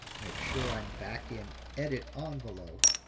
make sure i'm back in edit um envelope,